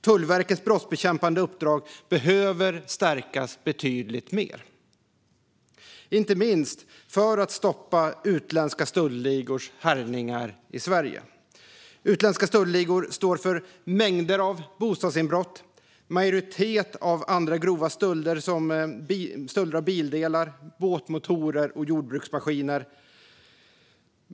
Tullverkets brottsbekämpande uppdrag behöver stärkas betydligt mer, inte minst för att stoppa utländska stöldligors härjningar i Sverige. Utländska stöldligor står för mängder av bostadsinbrott och en majoritet av andra grova stölder av bildelar, båtmotorer och jordbruksmaskiner.